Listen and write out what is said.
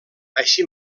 així